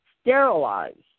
sterilized